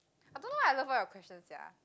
I don't know why I love all your questions sia